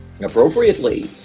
appropriately